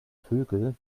vögel